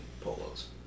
polos